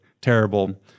terrible